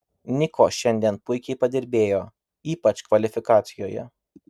niko šiemet puikiai padirbėjo ypač kvalifikacijoje